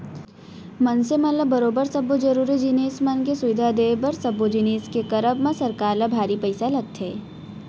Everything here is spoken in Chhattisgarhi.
मनसे मन ल बरोबर सब्बो जरुरी जिनिस मन के सुबिधा देय बर सब्बो जिनिस के करब म सरकार ल भारी पइसा लगथे